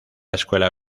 escuela